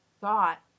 thought